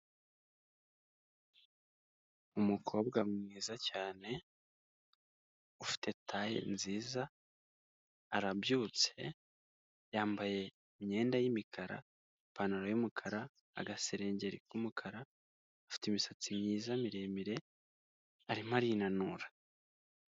Umukobwa mwiza cyane ufite taye nziza arabyutse yambaye imyenda y'imikara, ipantaro y'umukara agasengeri k'umukara afite imisatsi myiza miremire arimo arinanura.